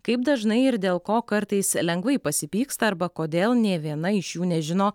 kaip dažnai ir dėl ko kartais lengvai pasipyksta arba kodėl nė viena iš jų nežino